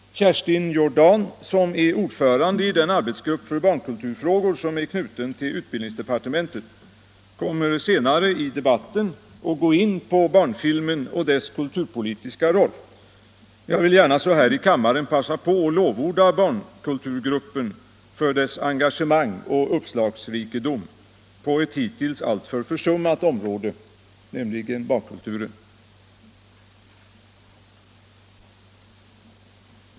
Kerstin Jordan, som är ordförande i den arbetsgrupp för barnkulturfrågor som är knuten till utbildningsdepartementet, kommer senare i debatten att närmare gå in på barnfilmen och dess kulturpolitiska roll. Jag vill gärna så här i kammaren passa på att lovorda barnkulturgruppen för dess engagemang och uppslagsrikedom på ett hittills alltför försummat område — barnkulturen.